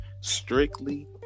strictly